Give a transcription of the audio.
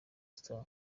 star